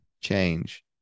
change